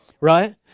right